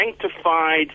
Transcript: sanctified